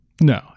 No